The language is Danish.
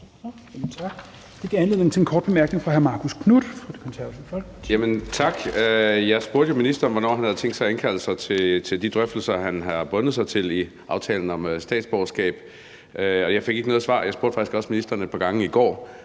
Tak. Jeg spurgte jo ministeren, hvornår han havde tænkt sig at indkalde til de drøftelser, han har forpligtet sig til i aftalen om statsborgerskab, og jeg fik ikke noget svar. Jeg spurgte faktisk også ministeren et par gange i går.